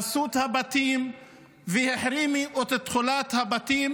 הרסו את הבתים והחרימו את תכולת הבתים,